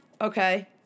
Okay